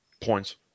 points